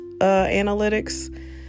analytics